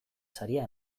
saria